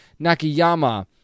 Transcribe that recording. Nakayama